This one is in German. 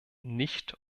nicht